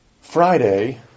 Friday